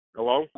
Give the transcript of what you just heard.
Hello